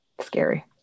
Scary